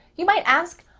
you might ask,